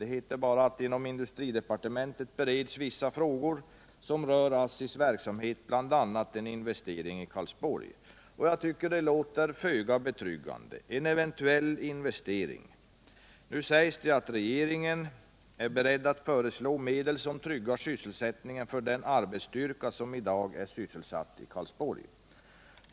Det heter bara: ”Inom industridepartementet bereds vissa frågor som rör ASSI:s verksamhet, bl.a. en eventuell investering i Karlsborg.” Det låter föga betryggande: ”en eventuell investering”. Det sägs vidare att regeringen är beredd att föreslå medel som tryggar sysselsättningen för den arbetsstyrka som i dag finns i Karlsborg.